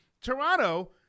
Toronto